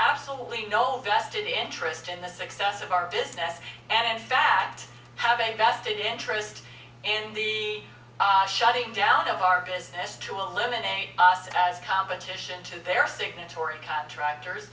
absolutely no vested interest in the success of our business and in fact have an invested interest in the shutting down of our business to eliminate us as competition to their signatory contractors